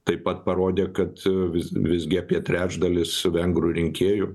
taip pat parodė kad vis visgi apie trečdalis vengrų rinkėjų